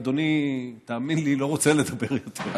אדוני, תאמין לי, אני לא רוצה לדבר יותר.